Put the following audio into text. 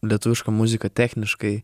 lietuviška muzika techniškai